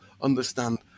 understand